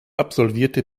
absolvierte